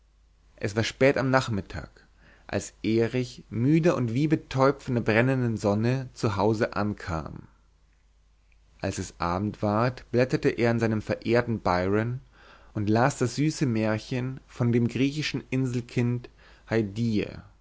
es war spät am nachmittag als erich müde und wie betäubt von der brennenden sonne zu hause ankam als es abend ward blätterte er in seinem verehrten byron und las das süße märchen von dem griechischen inselkind haidie